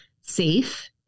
safe